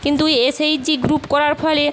কিন্তু SHG group করার ফলে